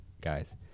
guys